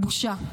בושה.